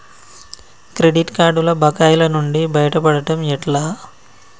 Credit కార్డుల బకాయిల నుండి బయటపడటం ఎట్లా?